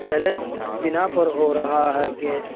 challenge اس بنا پر ہو رہا ہے کہ